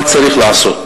מה צריך לעשות?